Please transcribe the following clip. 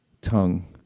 tongue